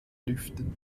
lüften